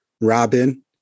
Robin